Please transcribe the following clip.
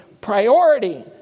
priority